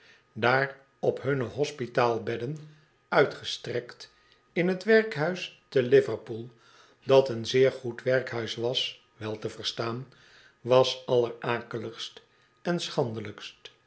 daar op hunne hospitaal bedden uitgestrekt in t werkhuis te liverpool dat een zeer goed werkhuis was wel te verstaan was allerakeligst